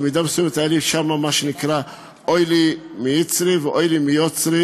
במידה מסוימת היה לי ממש מה שנקרא אוי לי מיצרי ואוי לי מיוצרי,